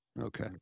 Okay